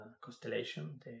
constellation